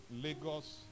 Lagos